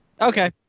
Okay